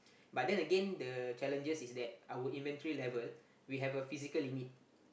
but then again the challenges is that our inventory level we have a physical limit